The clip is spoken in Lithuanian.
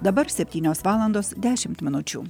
dabar septynios valandos dešimt minučių